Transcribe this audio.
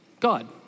God